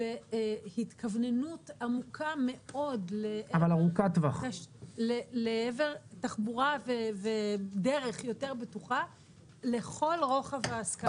בהתכווננות עמוקה מאוד לעבר תחבורה ודרך יותר בטוחה לכל רוחב הסקלה.